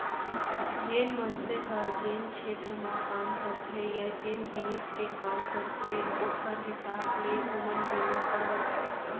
जेन मनसे ह जेन छेत्र म काम करथे या जेन जिनिस के काम करथे ओकर हिसाब ले ओमन बीमा करवाथें